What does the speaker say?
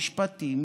משפטים,